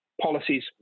policies